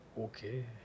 okay